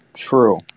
True